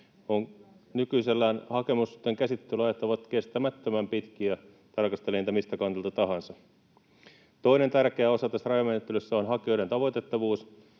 Nykyisellään hakemusten käsittelyajat ovat kestämättömän pitkiä, tarkastelee niitä miltä kantilta tahansa. Toinen tärkeä osa tässä rajamenettelyssä on hakijoiden tavoitettavuus.